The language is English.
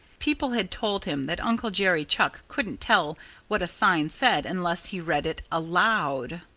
people had told him that uncle jerry chuck couldn't tell what a sign said unless he read it aloud.